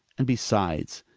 and besides,